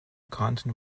content